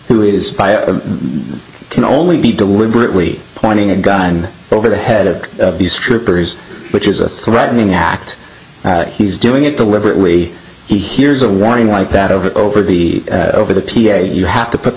who is can only be deliberately pointing a gun over the head of the scriptures which is a threatening act he's doing it deliberately he hears a warning like that over over the over the p a you have to put the